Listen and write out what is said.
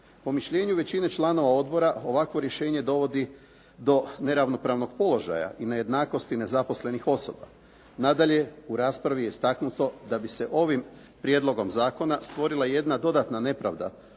Po mišljenju većine članova odbora ovakvo rješenje dovodi do neravnopravnog položaja i nejednakosti nezaposlenih osoba. Nadalje, u raspravi je istaknuto da bi se ovim prijedlogom zakona stvorila jedna dodatna nepravda